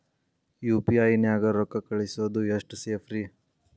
UPI ನ್ಯಾಗ ರೊಕ್ಕ ಕಳಿಸೋದು ಎಷ್ಟ ಸೇಫ್ ರೇ?